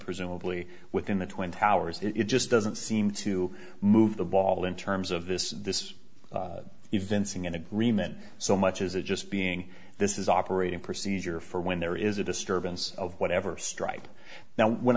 presumably within the twin towers it just doesn't seem to move the ball in terms of this this even sing in agreement so much as it just being this is operating procedure for when there is a disturbance of whatever stripe now when